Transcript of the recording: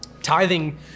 Tithing